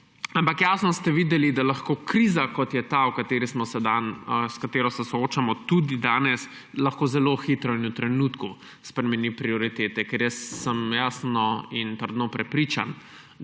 Jasno ste videli, da lahko kriza, kot je ta, s katero se soočamo tudi danes, zelo hitro, v trenutku spremeni prioritete. Jaz sem jasno in trdno prepričan,